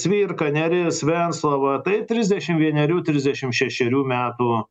cvirka neris venclova tai trisdešim vienerių trisdešim šešerių metų